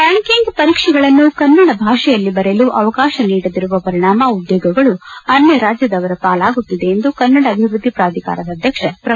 backing ಪರೀಕ್ಷೆಗಳನ್ನು ಕನ್ನಡ ಭಾಷೆಯಲ್ಲಿ ಬರೆಯಲು ಅವಕಾಶ ನೀಡದಿರುವ ಪರಿಣಾಮ ಉದ್ಯೋಗಗಳು ಅನ್ಯ ರಾಜ್ಯದವರ ಪಾಲಾಗುತ್ತಿದೆ ಎಂದು ಕನ್ನಡ ಅಭಿವೃದ್ದಿ ಪ್ರಾಧಿಕಾರದ ಅಧ್ಯಕ್ಷ ಪ್ರೊ